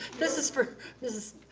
this is for mrs.